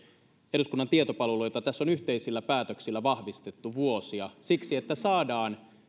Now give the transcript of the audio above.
eduskunnan tietopalvelusta jota tässä on yhteisillä päätöksillä vahvistettu vuosia siksi että saadaan